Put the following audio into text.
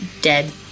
dead